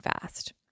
fast